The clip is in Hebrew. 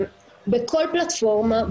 בכל פלטפורמה,